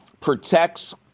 protects